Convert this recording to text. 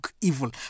Evil